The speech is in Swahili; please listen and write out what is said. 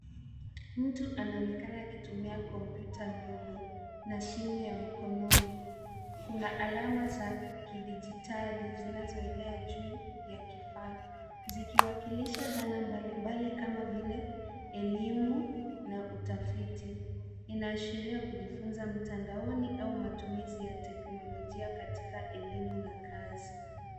Mtu anaonekana akitumia kompyuta ndogo na simu ya mkononi. Kuna alama za kidijitali zinazoelea juu ya kifaa zikiwakilisha dhana mbalimbali kama vile elimu na utafiti. Inaashiria kujifunza mtandaoni au matumizi ya teknolojia katika elimu na kazi.